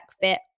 fit